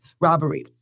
robbery